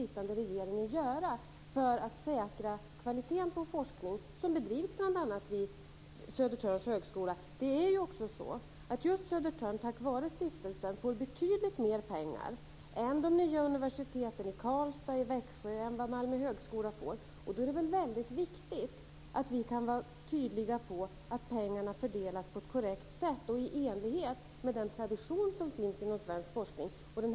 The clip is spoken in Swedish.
Tack var stiftelsen får just Södertörns högskola betydligt mer pengar än vad de nya universiteten i Karlstad och Växjö får och än vad Malmö högskola får. Då är det väl väldigt viktigt att vi kan vara tydliga när det gäller att fördela pengarna på ett korrekt sätt och i enlighet med den tradition som finns inom svensk forskning.